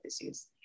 issues